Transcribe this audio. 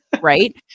Right